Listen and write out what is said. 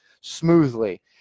smoothly